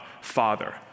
Father